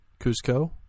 Cusco